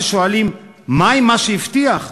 כששואלים מה עם מה שהבטיח,